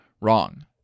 Wrong